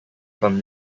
from